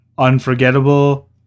unforgettable